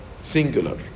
singular